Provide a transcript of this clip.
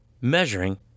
measuring